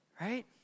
Right